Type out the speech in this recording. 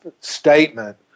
statement